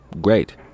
great